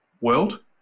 world